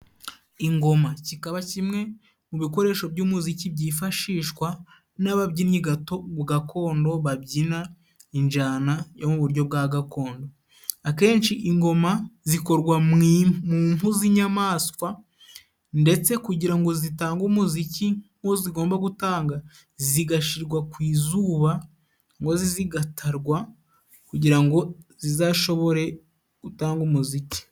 Ingoma kikaba kimwe mu bikoresho by'umuziki byifashishwa n'ababyinnyi gato gakondo babyina injyana yo mu buryo bwa gakondo. Akenshi ingoma zikorwa mu mpu z'inyamaswa ndetse kugira ngo zitange umuziki nkuwo zigomba gutanga zigashirwa ku izuba ngo zigatarwa kugira ngo zizashobore gutanga umuziki.